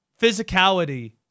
physicality